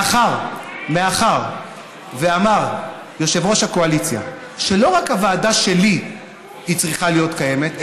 מאחר שאמר יושב-ראש הקואליציה שלא רק הוועדה שלי צריכה להיות קיימת,